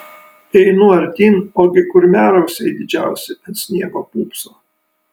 einu artyn ogi kurmrausiai didžiausi ant sniego pūpso